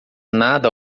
nada